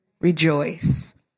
Rejoice